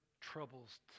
troubles